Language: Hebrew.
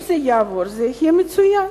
אם זה יעבור, זה יהיה מצוין.